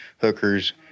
hookers